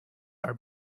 are